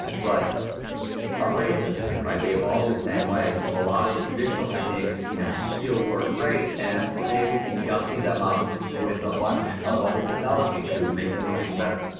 but our brains are the same. they have all the same way so a lot of the traditional techniques you know still work great and today we can gussy them up with a bunch of other technology to make them work even better